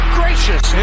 gracious